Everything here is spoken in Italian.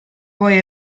poi